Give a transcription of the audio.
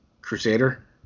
Crusader